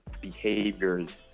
behaviors